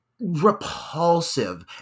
repulsive